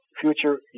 future